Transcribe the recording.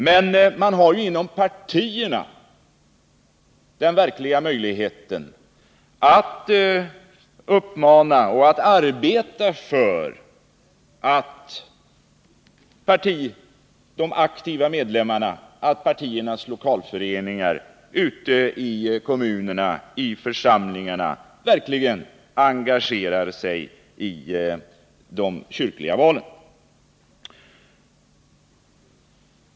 Men man har ju inom partierna möjlighet att arbeta för att de aktiva medlemmarna och partiernas lokalföreningar ute i församlingarna verkligen engagerar sig i de kyrkliga valen.